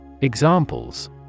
Examples